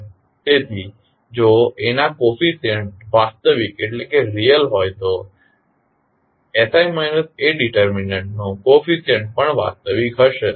તેથી જો A ના કોફીસીયન્ટ વાસ્તવિક હોય તો sI A નો કોફીસીયન્ટ પણ વાસ્તવિક હશે